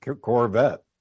Corvette